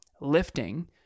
lifting